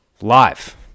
Live